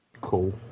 Cool